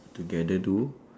together do